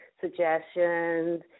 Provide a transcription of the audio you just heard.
suggestions